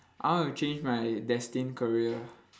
I wanna change my destined career